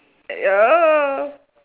ya